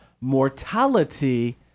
mortality